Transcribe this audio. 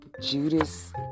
Judas